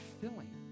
filling